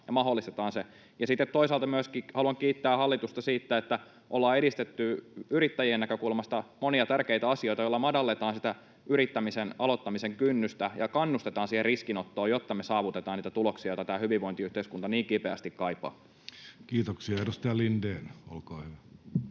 ja mahdollistetaan se. Sitten toisaalta myöskin haluan kiittää hallitusta siitä, että ollaan edistetty yrittäjien näkökulmasta monia tärkeitä asioita, joilla madalletaan sitä yrittämisen aloittamisen kynnystä ja kannustetaan siihen riskinottoon, jotta me saavutetaan niitä tuloksia, joita tämä hyvinvointiyhteiskunta niin kipeästi kaipaa. Kiitoksia. — Edustaja Lindén, olkaa hyvä.